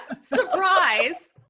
surprise